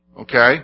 okay